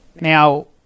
Now